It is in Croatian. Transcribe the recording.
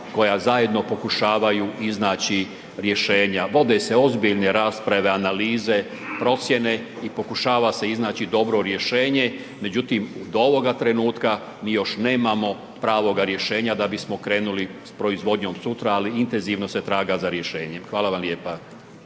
koja zajedno pokušavaju iznaći rješenja, vode se ozbiljne rasprave, analize, procijene i pokušava se iznaći dobro rješenje, međutim, do ovoga trenutka mi još nemamo pravoga rješenja da bismo krenuli s proizvodnjom sutra, ali intenzivno se traga za rješenjem. Hvala vam lijepa.